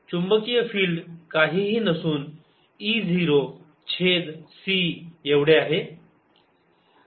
चुंबकीय फील्ड काहीही नसून ई 0 छेद सी एवढे आहे